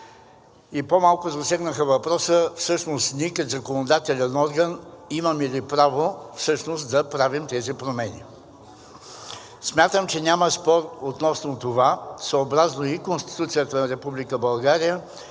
и по-малко засегнаха въпроса всъщност ние като законодателен орган имаме ли право да правим тези промени. Смятам, че няма спор относно това съобразно и Конституцията на